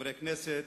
חברי הכנסת,